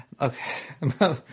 Okay